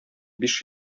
биш